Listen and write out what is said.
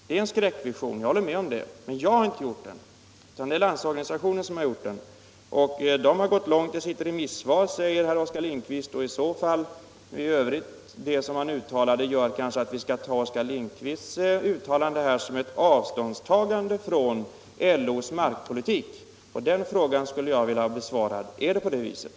Jag håller med om att det är en skräckvision, men det är inte jag utan Landsorganisationen som har manat fram den. Oskar Lindkvist säger att LO har gått långt i sitt remissvar, och det som han uttalade i övrigt gör att vi kanske skall fatta hans inlägg som ett avståndstagande från LO:s markpolitik. Jag skulle vilja ha svar på frågan om det är på det viset.